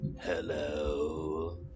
hello